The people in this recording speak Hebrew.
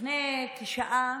לפני כשעה